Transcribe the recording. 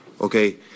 okay